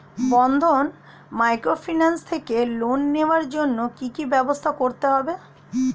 বন্ধন microfinance থেকে loan নেওয়ার জন্য কি কি ব্যবস্থা করতে হবে?